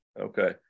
okay